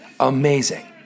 Amazing